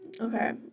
Okay